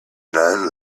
none